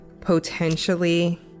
potentially